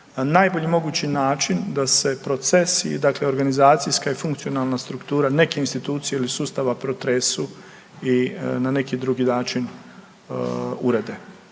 najbolji mogući način da se procesi i dakle organizacijska i funkcionalna struktura neke institucije ili sustava protresu i na neki drugi način urede.